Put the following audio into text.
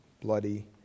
bloody